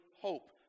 hope